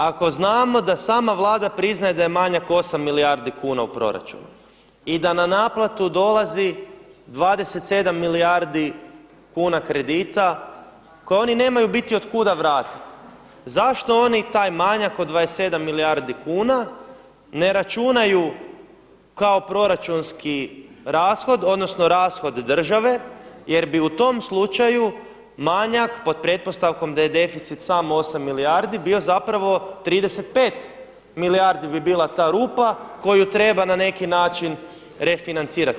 Ako znamo da sama Vlada priznaje da je manjak 8 milijardi kuna u proračunu i da na naplatu dolazi 27 milijardi kuna kredita koje oni u biti nemaju od kuda vratiti, zašto oni taj manjak od 27 milijardi kuna ne računaju kao proračunski rashod, odnosno rashod države jer bi u tom slučaju manjak pod pretpostavkom da je deficit sam 8 milijardi bio zapravo 35 milijardi bi bila ta rupa koju treba na neki način refinancirati?